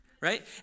right